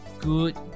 good